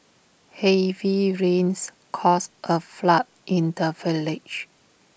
heavy rains caused A flood in the village